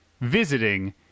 visiting